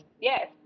Yes